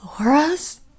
Laura's